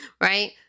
Right